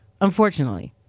Unfortunately